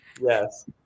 yes